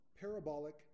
parabolic